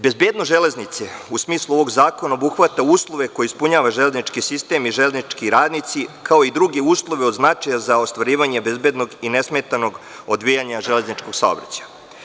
Bezbednost železnice u smislu ovog zakona obuhvata uslove koje ispunjava železnički sistem i železnički radnici, kao i druge uslove od značaja za ostvarivanje bezbednog i nesmetanog odvijanja železničkog saobraćaja.